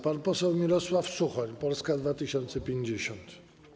Pan poseł Mirosław Suchoń, Polska 2050.